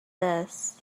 this